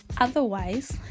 Otherwise